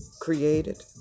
created